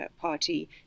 party